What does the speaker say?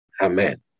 Amen